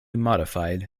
modified